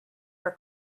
for